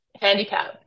handicap